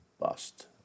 bust